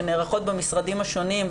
שנערכות במשרדים השונים,